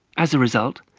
as a result,